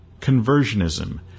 Conversionism